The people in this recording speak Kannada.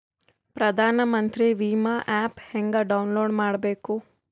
ಪ್ರಧಾನಮಂತ್ರಿ ವಿಮಾ ಆ್ಯಪ್ ಹೆಂಗ ಡೌನ್ಲೋಡ್ ಮಾಡಬೇಕು?